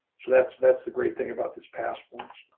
so that's, that's the great thing about this passport.